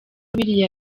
biriya